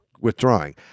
withdrawing